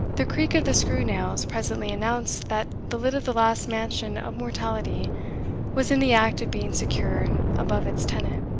the creak of the screw-nails presently announced that the lid of the last mansion of mortality was in the act of being secured above its tenant.